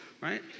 Right